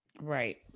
Right